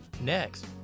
Next